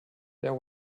there